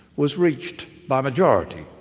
was reached by majority,